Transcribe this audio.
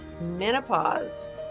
menopause